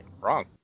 wrong